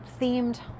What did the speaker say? themed